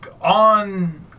on